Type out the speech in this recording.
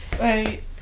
right